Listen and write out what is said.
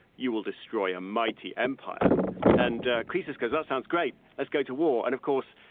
you will destroy a mighty empire and creases because that sounds great. let's go to war. and of course,